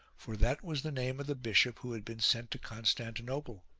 for that was the name of the bishop who had been sent to constan tinople.